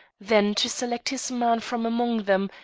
then to select his man from among them,